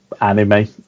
anime